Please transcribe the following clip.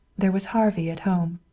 there was harvey at home.